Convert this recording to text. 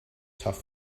tough